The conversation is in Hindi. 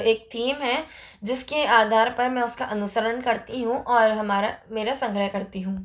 एक थीम है जिसके आधार पर मैं उसका अनुसरण करती हूँ और हमारा मेरा संग्रह करती हूँ